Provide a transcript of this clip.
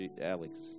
Alex